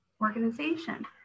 organization